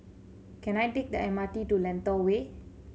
can I take the M R T to Lentor Way